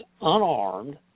unarmed